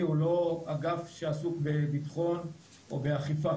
הוא לא אגף שעסוק בבטחון או באכיפה,